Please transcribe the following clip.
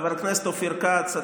חבר הכנסת אופיר כץ,